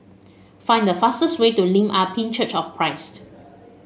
find the fastest way to Lim Ah Pin Church of Christ